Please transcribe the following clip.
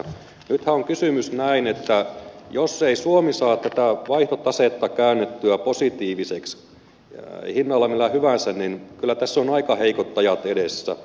nythän on kysymys näin että jos ei suomi saa tätä vaihtotasetta käännettyä positiiviseksi hinnalla millä hyvänsä niin kyllä tässä ovat aika heikot ajat edessä